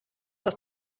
was